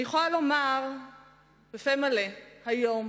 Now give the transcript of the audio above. אני יכולה לומר בפה מלא שהיום,